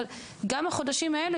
אבל גם החודשים האלה,